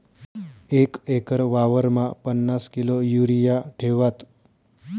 एक एकर वावरमा पन्नास किलो युरिया ठेवात